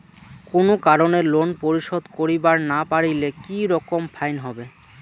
কোনো কারণে লোন পরিশোধ করিবার না পারিলে কি রকম ফাইন হবে?